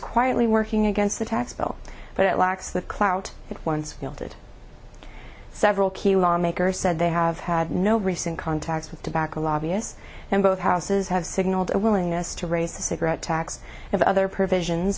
quietly working against the tax bill but it lacks the clout it once did several key lawmakers said they have had no recent contacts with tobacco lobbyist and both houses have signaled a willingness to raise the cigarette tax and other provisions